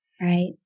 right